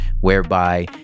whereby